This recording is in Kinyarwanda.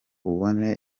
ubone